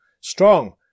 Strong